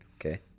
Okay